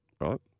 right